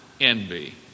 envy